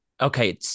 okay